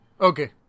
okay